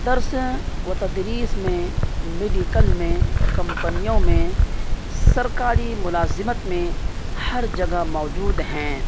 درس و تدریس میں میڈیکل میں کمپنیوں میں سرکاری ملازمت میں ہر جگہ موجود ہیں